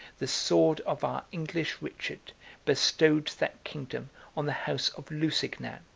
the sword of our english richard bestowed that kingdom on the house of lusignan,